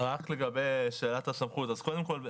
רק לגבי שאלת הסמכות: קודם כל,